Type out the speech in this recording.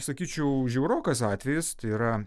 sakyčiau žiaurokas atvejis tai yra